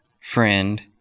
friend